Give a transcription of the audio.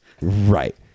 Right